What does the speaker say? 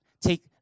take